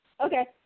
Okay